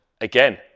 Again